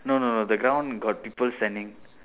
no no no the ground got people standing